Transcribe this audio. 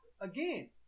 again